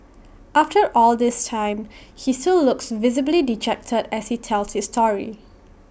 after all this time he still looks visibly dejected as he tells this story